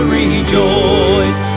rejoice